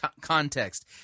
context